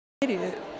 idiot